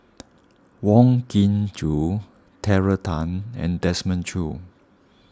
Wong Kin Jong Terry Tan and Desmond Choo